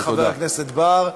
תודה, חבר הכנסת בר.